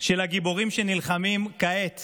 של הגיבורים שנלחמים כעת